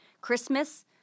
Christmas